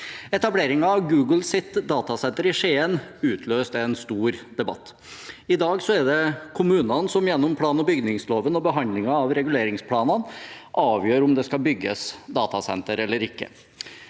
Etableringen av Googles datasenter i Skien utløste en stor debatt. I dag er det kommunene som, gjennom plan- og bygningsloven og behandlingen av reguleringsplanene, avgjør om det skal bygges datasentre eller ikke.